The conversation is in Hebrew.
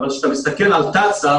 אבל כשאתה מסתכל על תצ"א,